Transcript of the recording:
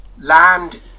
Land